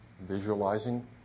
visualizing